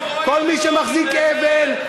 כל מי שמחזיק אבן,